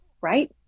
right